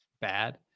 Bad